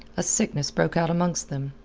a sickness broke out amongst them,